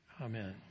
Amen